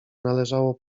należało